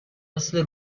مثل